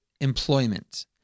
employment